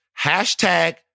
hashtag